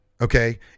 okay